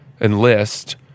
enlist